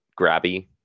grabby